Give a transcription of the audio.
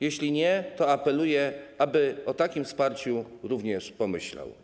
Jeśli nie, to apeluję, aby o takim wsparciu również pomyślał.